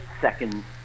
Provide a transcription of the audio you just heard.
seconds